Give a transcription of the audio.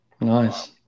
Nice